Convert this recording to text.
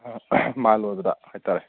ꯑꯥ ꯃꯥ ꯂꯣꯏꯕꯗ ꯍꯥꯏꯇꯔꯦ